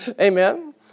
Amen